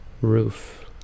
roof